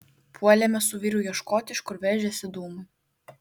puolėme su vyru ieškoti iš kur veržiasi dūmai